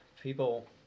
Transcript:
people